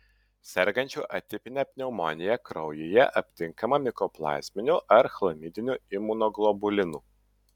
sergančių atipine pneumonija kraujyje aptinkama mikoplazminių ar chlamidinių imunoglobulinų